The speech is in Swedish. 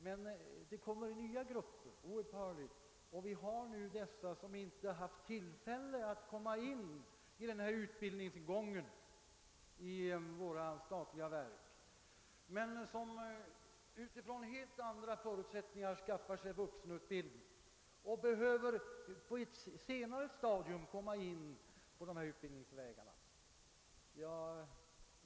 Men det kommer oupphörligen nya grupper, och de som inte tidigare har haft möjlighet att komma in i utbildningsgången i våra statliga verk men som på ett senare stadium utifrån helt andra förutsättningar skaffar sig utbildning måste nu beredas möjlighet att komma in på dessa utbildningsvägar.